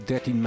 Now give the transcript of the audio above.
13